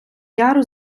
яру